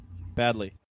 badly